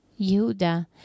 Yehuda